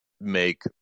make